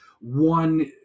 one